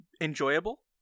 enjoyable